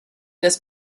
des